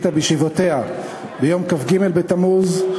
הכנסת החליטה בישיבותיה ביום כ"ג בתמוז,